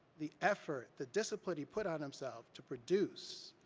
the effort, the discipline he put on himself to produce,